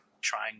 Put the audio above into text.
trying